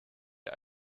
der